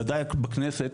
ודאי בכנסת,